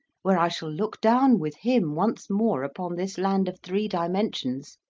where i shall look down with him once more upon this land of three dimen sions,